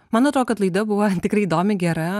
man atrodo kad laida buvo tikrai įdomi gera